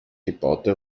gebaute